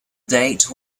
date